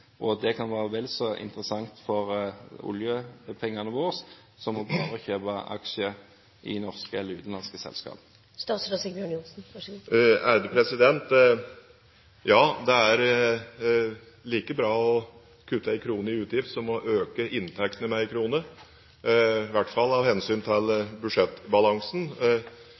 og at det kan være en vel så interessant bruk av oljepengene våre som bare å kjøpe aksjer i norske eller utenlandske selskaper? Ja, det er like bra å kutte en krone i utgift som å øke inntektene med en krone, i hvert fall av hensyn til budsjettbalansen,